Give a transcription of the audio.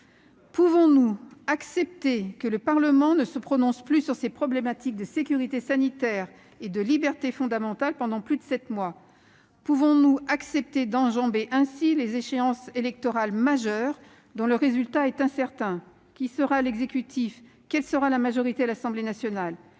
Pouvons-nous accepter que le Parlement ne se prononce plus sur ces problématiques relatives à la sécurité sanitaire et aux libertés fondamentales pendant plus de sept mois ? Pouvons-nous accepter d'enjamber ainsi des échéances électorales majeures dont le résultat est incertain ? Quel sera l'exécutif ? Quelle sera la majorité à l'Assemblée nationale ?